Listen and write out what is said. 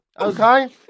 Okay